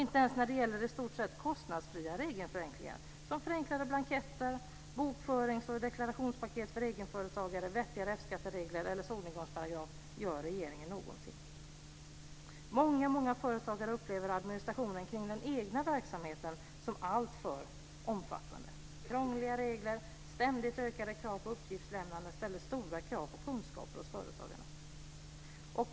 Inte ens när det gäller i stort sett kostnadsfria regelförenklingar - t.ex. förenklade blanketter, bokförings och deklarationspaket för egenföretagare, vettigare F-skatteregler eller en solnedgångsparagraf - gör regeringen någonting. Många företagare upplever administrationen kring den egna verksamheten som alltför omfattande. Det är krångliga regler, och ständigt ökade krav på upppgiftslämnande ställer stora krav på kunskaper hos företagarna.